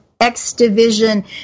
X-Division